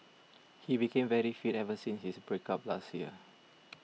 he became very fit ever since his break up last year